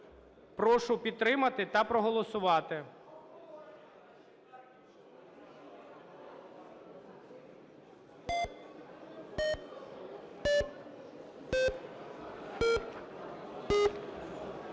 Прошу підтримати та проголосувати.